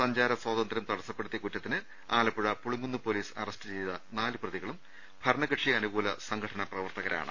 സഞ്ചാര സ്വാതന്ത്ര്യം തടസ്സപ്പെടുത്തിയ കുറ്റത്തിന് ആലപ്പുഴ പുളിങ്കുന്ന് പൊലീസ് അറസ്റ്റ് ചെയ്ത നാല് പ്രതികളും ഭരണകക്ഷി അനുകൂല സംഘടനാ പ്രവർത്തകരാണ്